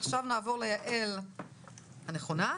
עכשיו נעבור ליעל הנכונה,